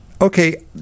okay